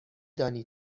دانی